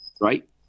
right